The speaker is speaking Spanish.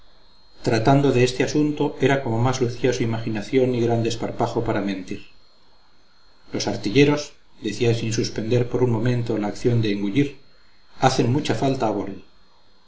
tratando de este asunto era como más lucía su imaginación y gran desparpajo para mentir los artilleros decía sin suspender por un momento la acción de engullir hacen mucha falta a